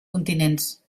continents